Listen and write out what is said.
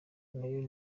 nayo